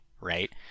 right